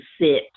sit